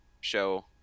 show